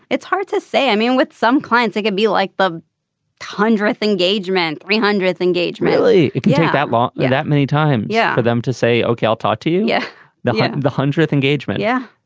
it's hard to say. i mean with some clients it could be like the hundredth engagement re hundredth engage really yeah that long. yeah that many time. yeah for them to say okay i'll talk to you. you yeah know the hundredth engagement. yeah.